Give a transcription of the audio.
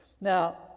Now